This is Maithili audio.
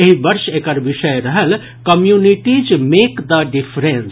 एहि वर्ष एकर विषय रहल कम्युनिटीज मेक द डिफरेंस